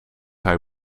hij